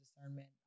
discernment